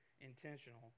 intentional